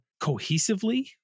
cohesively